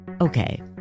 Okay